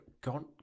Gone